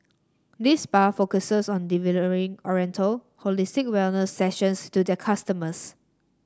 this spa focuses on delivering oriental holistic wellness sessions to their customers